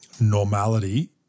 normality